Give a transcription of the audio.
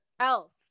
else